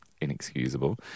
inexcusable